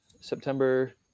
September